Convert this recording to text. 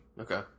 Okay